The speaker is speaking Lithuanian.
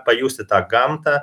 pajusti tą gamtą